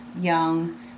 young